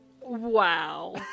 Wow